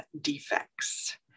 defects